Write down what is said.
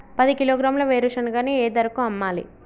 పది కిలోగ్రాముల వేరుశనగని ఏ ధరకు అమ్మాలి?